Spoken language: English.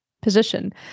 position